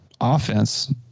offense